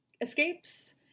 escapes